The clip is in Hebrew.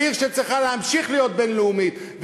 ועיר שצריכה להמשיך להיות בין-לאומית.